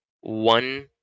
one